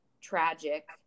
tragic